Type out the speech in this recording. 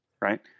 Right